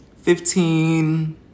Fifteen